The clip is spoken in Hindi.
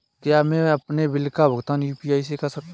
क्या मैं अपने बिल का भुगतान यू.पी.आई से कर सकता हूँ?